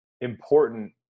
important